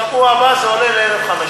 בשבוע הבא זה עולה ל-1,500.